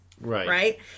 Right